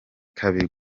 kabiri